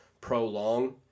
prolong